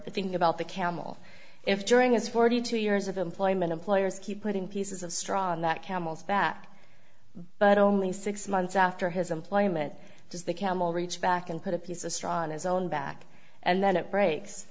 i think about the camel if during his forty two years of employment employers keep putting pieces of straw on that camel's back but only six months after his employment does the camel reach back and put a piece of straw on his own back and then it breaks